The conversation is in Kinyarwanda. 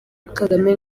kagame